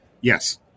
Yes